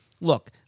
look